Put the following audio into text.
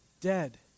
dead